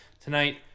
tonight